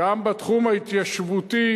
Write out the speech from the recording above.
גם בתחום ההתיישבותי,